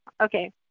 Okay